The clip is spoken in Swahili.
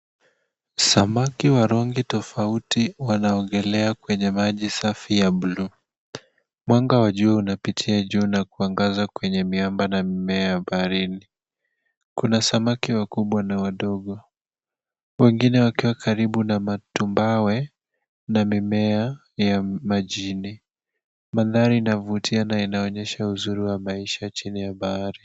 Samaki wa rangi tofauti wanaogekelea kwa maji safi ya buluu. Mwanga wa jua unapitia juu na kuangaza kwenye miamba na mimea ya baharini. Kuna samaki wakubwa na wadogo wengi wakiwa karibu na matumbawe na mimea ya majini. Mandhari inavutia na inaonyesha uzuri wa maisha chini ya bahari.